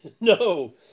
No